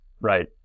Right